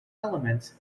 elements